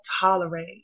tolerate